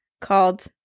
called